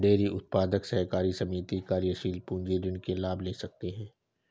dairy उत्पादक और सहकारी समिति कार्यशील पूंजी ऋण के लाभ ले सकते है